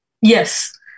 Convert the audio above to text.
Yes